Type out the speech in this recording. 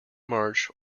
march